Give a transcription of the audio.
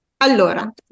Allora